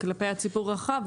כלפי הציבור הרחב,